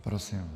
Prosím.